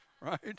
right